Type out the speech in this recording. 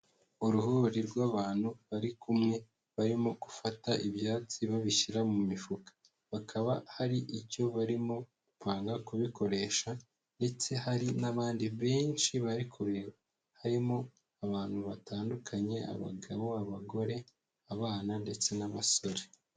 Uruhuri rw'abantu bari kumwe, barimo gufata ibyatsi babishyira mu mifuka, bakaba hari icyo barimo gupanga kubikoresha ndetse hari n'abandi benshi bari kure, harimo abantu batandukanye, abagabo, abagore, abana ndetse n'abasore.